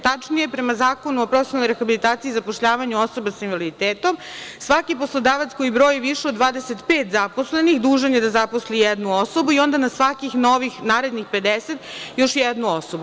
Tačnije, prema Zakonu o profesionalnoj rehabilitaciji i zapošljavanju osoba sa invaliditetom svaki poslodavac koji broji više od 25 zaposlenih, dužan je da zaposli jednu osobu i onda na svakih narednih 50 još jednu osobu.